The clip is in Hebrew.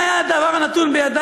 אם היה הדבר נתון בידי,